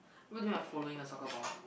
what do you have following a soccer ball